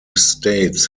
states